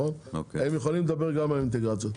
הם יכולים לדבר גם עם האינטגרציות.